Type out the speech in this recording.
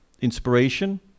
inspiration